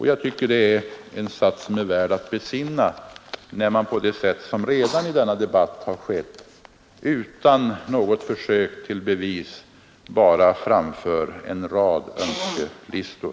Jag tycker det är en sats som är värd att besinna när man i denna debatt på det sätt som redan har skett, och utan något försök till bevis, bara framför en rad önskelistor.